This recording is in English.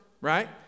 Right